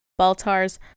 Baltar's